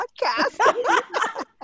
podcast